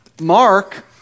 Mark